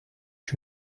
you